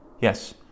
Yes